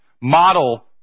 model